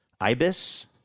ibis